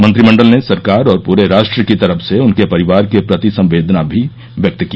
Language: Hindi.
मंत्रिमंडल ने सरकार और पूरे राष्ट्र की तरफ से उनके परिवार के प्रति संवेदना भी व्यक्त की